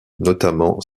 notamment